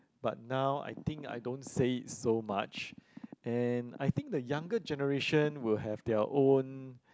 but now I think I don't think say it so much and I think the younger generation will have their own